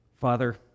Father